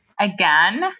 Again